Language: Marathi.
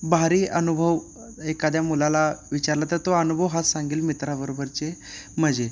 भारी अनुभव एखाद्या मुलाला विचारला तर तो अनुभव हा सांगेल मित्राबरोबरचे मजे